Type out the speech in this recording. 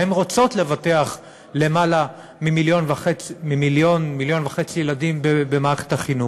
הן רוצות לבטח יותר מ-1.5 מיליון ילדים במערכת החינוך.